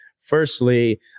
Firstly